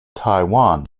taiwan